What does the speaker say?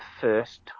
first